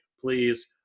Please